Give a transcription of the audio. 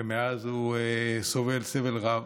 ומאז הוא סובל סבל רב.